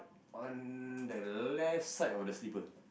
on the left side of the slipper